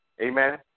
amen